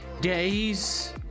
days